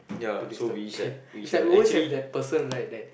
to disturb is like we always have that person right that